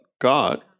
God